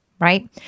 right